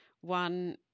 One